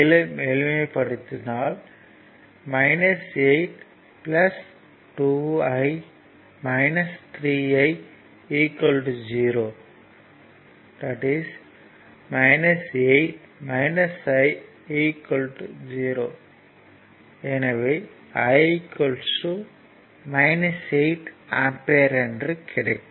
மேலும் எளிமைப்படுத்தினால் 8 2 I 3 I 0 8 I 0 I 8 ampere என கிடைக்கும்